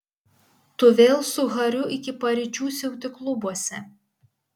tu vėl su hariu iki paryčių siauti klubuose